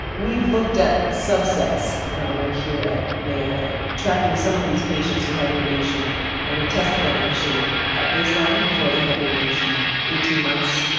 we've looked at subsets in our work here at mayo tracking some of these patients who had radiation and we tested them actually at baseline before they had radiation, eighteen months,